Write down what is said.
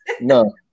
no